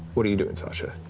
what are you doing, sasha?